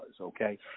okay